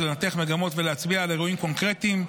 לנתח מגמות ולהצביע על אירועים קונקרטיים,